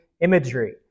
imagery